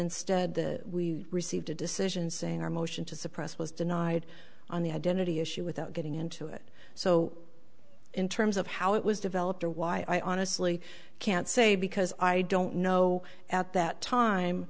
instead the we received a decision saying our motion to suppress was denied on the identity issue without getting into it so in terms of how it was developed or why honestly can't say because i don't know at that time